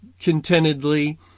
contentedly